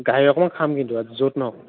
গাহৰি অকণমান খাম কিন্তু য'ত নহওক